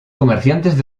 comerciantes